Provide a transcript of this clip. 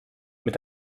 mit